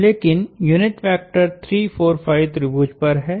लेकिन unit vector 3 4 5 त्रिभुज पर है